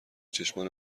چشمان